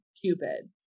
Cupid